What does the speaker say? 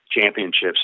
championships